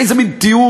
איזה מין טיעון,